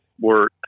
work